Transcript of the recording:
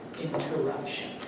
interruption